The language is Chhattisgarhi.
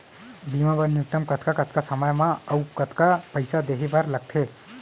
बीमा बर न्यूनतम कतका कतका समय मा अऊ कतका पइसा देहे बर लगथे